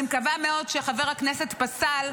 אני מקווה מאוד שחבר הכנסת פסל,